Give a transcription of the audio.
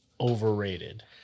overrated